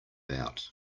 out